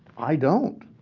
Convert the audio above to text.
i don't.